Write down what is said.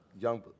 young